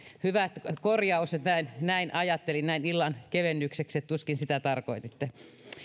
hyvä korjaus näin näin ajattelin tämä näin illan kevennykseksi tuskin sitä tarkoititte